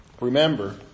remember